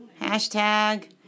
Hashtag